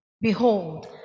Behold